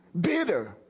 Bitter